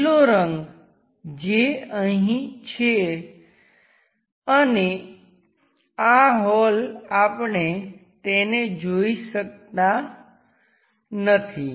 લીલો રંગ જે અહીં છે અને આ હોલ આપણે તેને જોઈ શકતા નથી